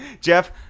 Jeff